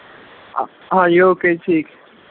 ਹਾਂ ਹਾਂਜੀ ਓਕੇ ਜੀ ਠੀਕ